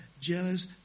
jealous